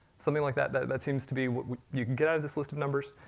something like that. that seems to be what you can get out of this list of numbers,